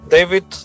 David